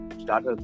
start